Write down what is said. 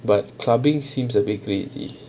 but clubbing seems a bit crazy